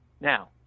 Now